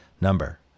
Number